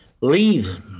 leave